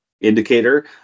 indicator